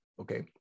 Okay